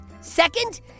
Second